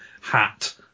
hat